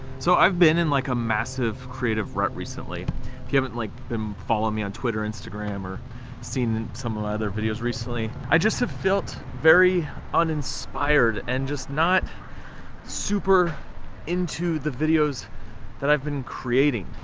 so i've been in like a massive creative rut recently. if you haven't like, been follow me on twitter, instagram, or seen some of my other videos recently, i just have felt very uninspired, and just not super into the videos that i've been creating.